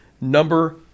number